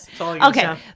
Okay